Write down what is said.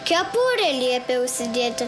kepurę liepia užsidėti